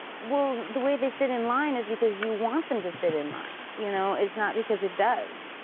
well, the way they fit in line is because you want them to fit in line. you know, it's not because it does.